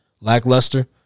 lackluster